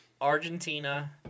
Argentina